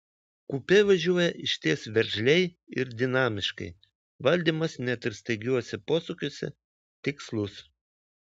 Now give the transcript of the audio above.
kupė važiuoja išties veržliai ir dinamiškai valdymas net ir staigiuose posūkiuose tikslus